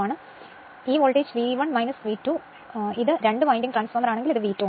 ഞാൻ ഇവിടെ ഉദ്ദേശിച്ചത് ഈ വോൾട്ടേജ് V1 V 2 ആണ് ഇത് രണ്ട് വിൻഡിംഗ് ട്രാൻസ്ഫോർമറാണെങ്കിൽ ഇത് V 2 ആണ്